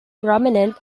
prominent